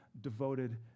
devoted